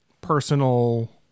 personal